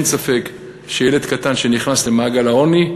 אין ספק שילד קטן שנכנס למעגל העוני,